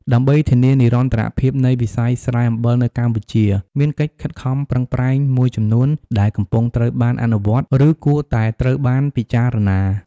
ដើម្បីធានានិរន្តរភាពនៃវិស័យស្រែអំបិលនៅកម្ពុជា មានកិច្ចខិតខំប្រឹងប្រែងមួយចំនួនដែលកំពុងត្រូវបានអនុវត្ត ឬគួរតែត្រូវបានពិចារណា៖